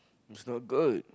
it's not good